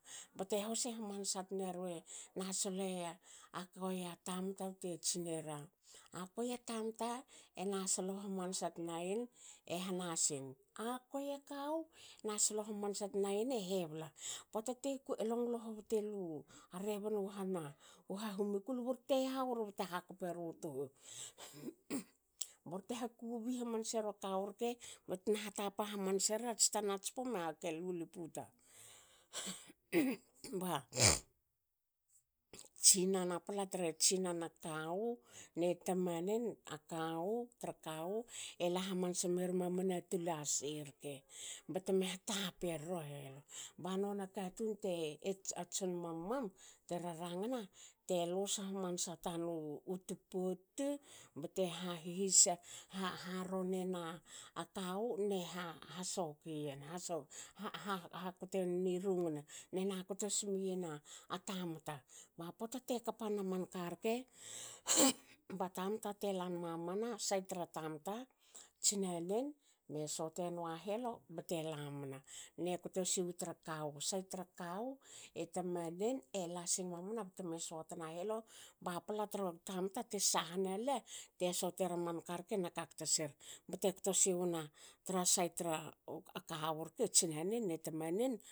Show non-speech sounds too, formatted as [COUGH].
Bte huse hamansa tnerue sole a kuei a tamta bte tsinera,"akuei a tamta en aslo hamansa yen e hanasin',"akuei a kawu na slo hamansa tna yen e hebla,"pota te [UNINTELLIGIBLE] longle hobte lu a rebni han a u hahuma kula borte hao ri bte hakperu tuhu. Borte hakobi hamansa era kawu rke batme hatapa hamanse re ats tanats pum ehake luli puta [NOISE] ba tsinana pla tre tsinana kawu ne tamanen a kawu tra kawu ela hamansa mer mamana tol a si rke bteme hataper ro helo. ba nona katun te a tson mam mam te rarangna te lus hamanasna tanu twu pot tu bte hahise bte haron ena kawu ena ha ha sokiyen [UNINTELLIGIBLE] hakotenin i rungne na ktos miyen a tamta. Ba pota te kpa na manka rke. [NOISE] ba tamta tela nmamana sait tra tamta tsinanen me sotenua helo bte lamna. ne to siwu tra kawu sait tra kawu e tamanen ela sinmamana btme sotna helo ba pla tru tamta te sahna le te sotera manka rke na kakta ser. bte kto siwna tra sait tra kawu rke tsinanen ne tamanen.